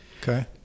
okay